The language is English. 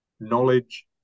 knowledge